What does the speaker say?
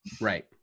Right